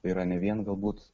yra ne vien galbūt